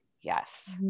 Yes